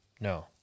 no